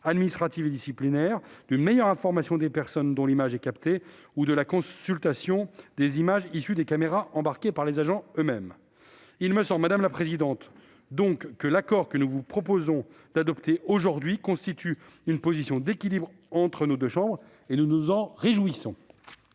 administratives et disciplinaires, d'une meilleure information des personnes dont l'image est captée ou de la consultation des images issues des caméras embarquées par les agents eux-mêmes. Mes chers collègues, il me semble donc que l'accord que nous vous proposons d'adopter aujourd'hui constitue une position d'équilibre entre nos deux assemblées. Nous nous en réjouissons.